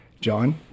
John